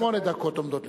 שמונה דקות עומדות לרשותך.